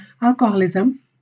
alcoholism